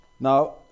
Now